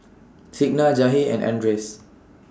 Signa Jahir and Andres